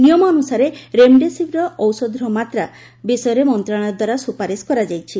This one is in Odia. ନିୟମ ଅନୁସାରେ ରେମ୍ଡେସିବିର୍ ଔଷଧର ମାତ୍ରା ବିଷୟରେ ମନ୍ତ୍ରଶାଳୟ ଦ୍ୱାରା ସୁପାରିଶ କରାଯାଇଛି